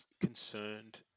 concerned